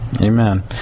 Amen